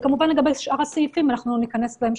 וכמובן, לגבי שאר הסעיפים, אנחנו נכנס בהמשך.